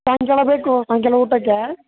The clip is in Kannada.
ಸಾಯಂಕಾಲ ಬೇಕು ಸಾಯಂಕಾಲ ಊಟಕ್ಕೆ